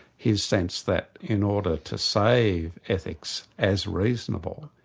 his sense that in order to save ethics as reasonable,